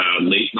late